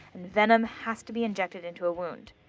venom has to be injected into a wound.